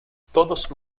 todos